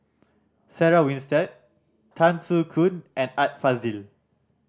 Sarah Winstedt Tan Soo Khoon and Art Fazil